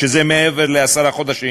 שזה מעבר לעשרה חודשים